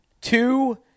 two